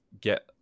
get